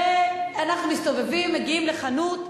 ואנחנו מסתובבים, מגיעים לחנות.